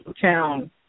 town